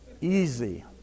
easy